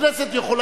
נכון.